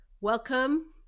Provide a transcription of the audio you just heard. Welcome